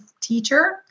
teacher